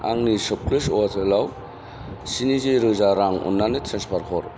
आंनि सपक्लुस वाजेलाव स्निजिरोजा रां अन्नानै ट्रेन्सफार हर